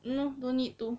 no don't need to